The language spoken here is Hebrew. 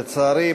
לצערי,